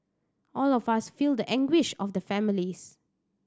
all of us feel the anguish of the families